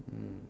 mm